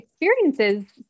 experiences